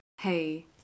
hey